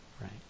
right